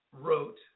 wrote